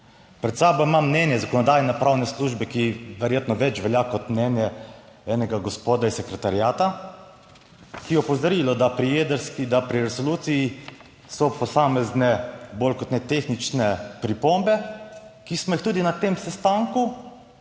Pred sabo imam mnenje Zakonodajno-pravne službe, ki verjetno več velja kot mnenje enega gospoda iz sekretariata, ki je opozorilo, da pri jedrski, da pri resoluciji so posamezne bolj kot ne tehnične pripombe, ki smo jih tudi na tem sestanku